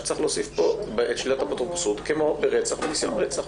שצריך להוסיף פה את שלילת האפוטרופסות כמו ברצח וניסיון רצח.